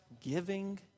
giving